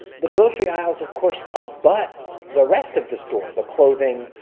the grocery aisles, of course, abut the rest of the store the clothing,